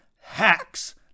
hacks